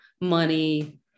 money